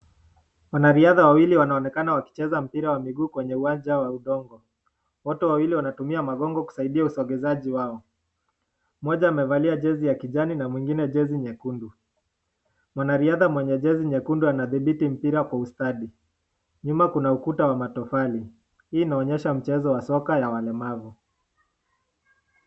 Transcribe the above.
Wanariadha wawili wanaonekana wakicheza mpira wa miguu kwenye uwanja wa udongo, wote wawili wanatumia magongo kusaidia usogezaji wao. Mmoja amevalia jezi ya kijani na mwingine jezi nyekundu, mwanariadha mwenye jezi nyekundu anadhibiti mpira kwa ustadi. Nyuma kuna ukuta wa matofali, hii inaonyesha mchezo wa soka ya walemavu.